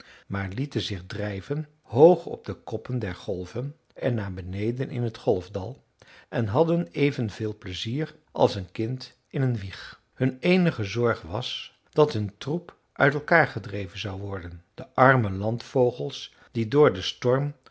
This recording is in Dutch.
maar lieten zich drijven hoog op de koppen der golven en naar beneden in het golfdal en hadden evenveel pleizier als een kind in een wieg hun eenige zorg was dat hun troep uit elkaar gedreven zou worden de arme landvogels die door den storm